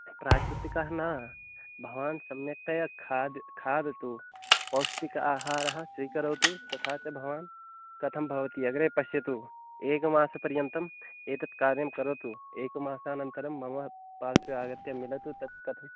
प्राकृतिकः न भवान् स्म्यक्तया खाद् खादतु पौष्टिकाहारः स्वीकरोतु तथा च भवान् कथं भवति अग्रे पश्यतु एकमासपर्यन्तम् एतत् कार्यं करोतु एकमासानन्तरं मम पार्श्वे आगत्य मिलतु तत् कथं